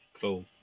Cool